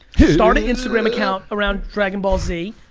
start an instagram account around dragon ball z,